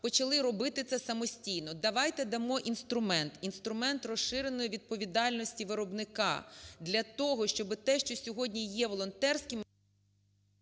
почали робити це самостійно. Давайте дамо інструмент, інструмент розширеної відповідальності виробника для того, щоб те, що сьогодні є волонтерським…